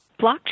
Blockchain